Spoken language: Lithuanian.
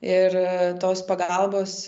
ir tos pagalbos